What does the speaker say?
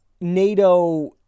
nato